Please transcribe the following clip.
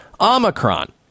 Omicron